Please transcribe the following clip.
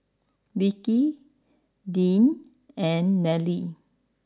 Vicy Deane and Nallely